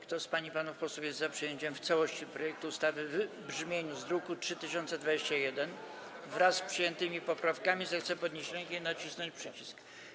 Kto z pań i panów posłów jest za przyjęciem w całości projektu ustawy w brzmieniu z druku nr 3021, wraz z przyjętymi poprawkami, zechce podnieść rękę i nacisnąć przycisk.